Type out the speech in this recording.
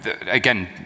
again